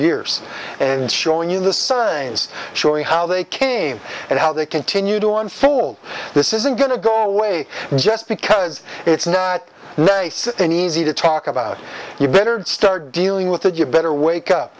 years and showing you the signs showing how they came and how they continue to unfold this isn't going to go away just because it's not nice and easy to talk about you better start dealing with it you better wake up